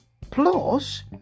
Plus